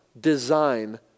design